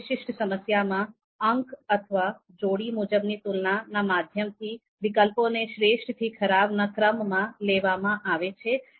આ વિશિષ્ટ સમસ્યામાં અંક સ્કોર્સ score અથવા જોડી મુજબની તુલના ના માધ્યમથી વિકલ્પોને શ્રેષ્ઠ થી ખરાબ ના ક્રમમાં લેવામાં આવે છે